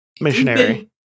missionary